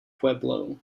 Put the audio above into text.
pueblo